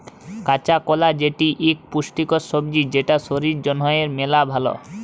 কাঁচা কলা যেটি ইক পুষ্টিকর সবজি যেটা শরীর জনহে মেলা ভাল